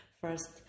first